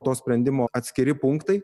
to sprendimo atskiri punktai